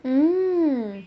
mm